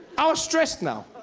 ah stressed now.